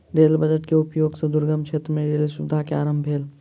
rail budget के उपयोग सॅ दुर्गम क्षेत्र मे रेल सुविधा के आरम्भ भेल